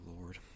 Lord